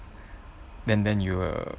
then then you will